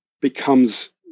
becomes